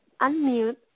unmute